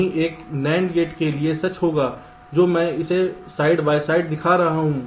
वही एक NAND gate के लिए सच होगा जो मैं इसे साइड बाय साइड दिखा रहा हूं